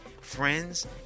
friends